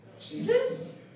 Jesus